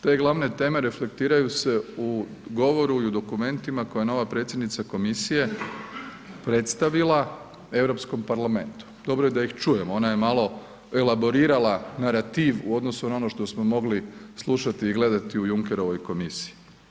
Te glavne teme reflektiraju se u govoru i u dokumentima koje je nova predsjednica komisije predstavila Evropskom parlamentu, dobro je da ih čujemo, ona je malo elaborirala narativ u odnosu na ono što smo mogli slušati i gledati u Junckerovoj komisiji.